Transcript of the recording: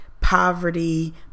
poverty